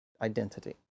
identity